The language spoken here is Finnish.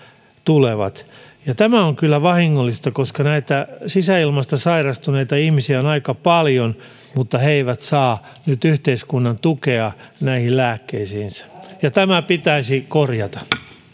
tulevat tämä on kyllä vahingollista koska sisäilmasta sairastuneita ihmisiä on aika paljon mutta he eivät saa nyt yhteiskunnan tukea lääkkeisiinsä ja tämä pitäisi korjata